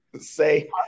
Say